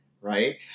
right